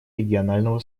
регионального